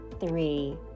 three